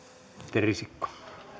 risikko